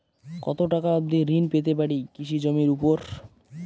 কত টাকা অবধি ঋণ পেতে পারি কৃষি জমির উপর?